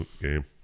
game